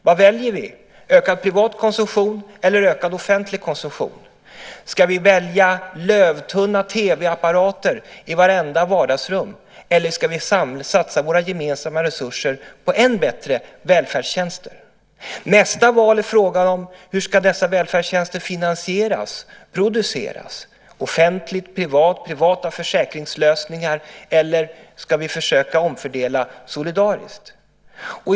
Vad väljer vi, ökad privat konsumtion eller ökad offentlig konsumtion? Ska vi välja lövtunna TV-apparater i vartenda vardagsrum, eller ska vi satsa våra gemensamma resurser på än bättre välfärdstjänster? Nästa val är frågan om hur dessa välfärdstjänster ska finansieras och produceras. Ska det ske offentligt eller privat? Ska det ske genom privata försäkringslösningar, eller ska vi försöka omfördela solidariskt? Fru talman!